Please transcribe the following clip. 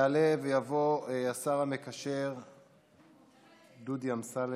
יעלה ויבוא השר המקשר דודי אמסלם.